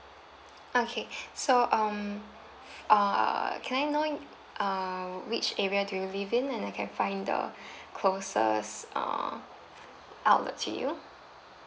okay so um err can I know err which area do you live in and I can find the closest err outlet to you